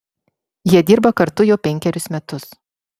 jie dirba kartu jau penkerius metus